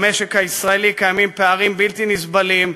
במשק הישראלי קיימים פערים בלתי נסבלים,